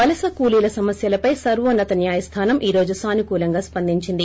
వలస కూలీల సమస్యలపై సర్వోన్నత న్యాయస్గానం ఈ రోజు సానుకూలంగా స్పందించింది